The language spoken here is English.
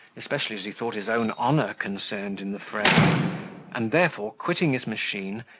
especially as he thought his own honour concerned in the fray and therefore, quitting his machine,